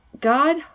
God